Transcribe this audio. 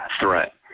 threat